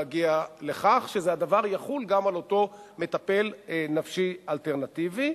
להגיע לכך שהדבר יחול גם על אותו מטפל נפשי אלטרנטיבי,